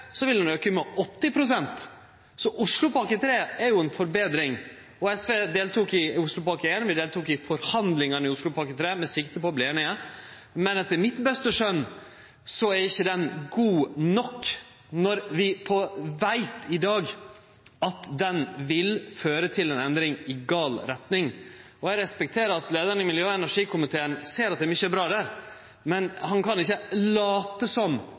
Så Oslopakke 3 er jo ei forbetring. SV deltok i Oslopakke 1, og vi deltok i forhandlingane i Oslopakke 3, med sikte på å verte einige, men etter mitt beste skjønn er ikkje Oslopakke 3 god nok når vi i dag veit at ho vil føre til ei endring i gal retning. Eg respekterer at leiaren i energi- og miljøkomiteen ser at det er mykje bra der, men han kan ikkje late som